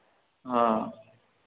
हँ